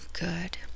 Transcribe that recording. good